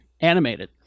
Animated